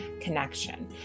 connection